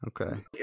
Okay